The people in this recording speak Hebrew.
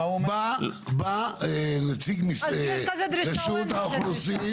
בא נציג רשות האוכלוסין,